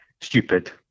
stupid